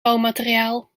bouwmateriaal